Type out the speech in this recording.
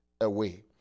away